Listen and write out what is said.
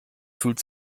fühlt